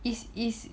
is is